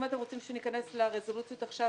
אם אתם רוצים שניכנס לרזולוציות עכשיו,